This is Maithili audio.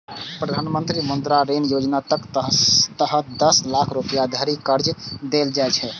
प्रधानमंत्री मुद्रा ऋण योजनाक तहत दस लाख रुपैया धरि कर्ज देल जाइ छै